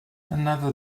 another